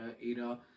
era